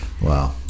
wow